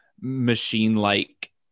machine-like